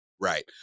right